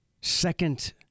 Second